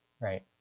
right